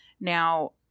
now